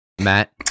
Matt